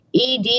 ED